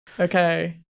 Okay